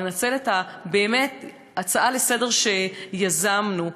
לנצל באמת את ההצעה לסדר-היום שיזמנו.